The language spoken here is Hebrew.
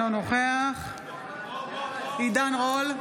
בעד עידן רול,